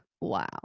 wow